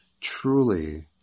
truly